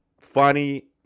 funny